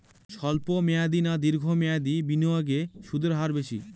স্বল্প মেয়াদী না দীর্ঘ মেয়াদী বিনিয়োগে সুদের হার বেশী?